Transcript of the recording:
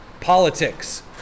Politics